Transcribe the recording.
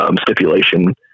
Stipulation